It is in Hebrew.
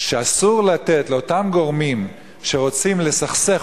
שאסור לתת לאותם גורמים שרוצים לסכסך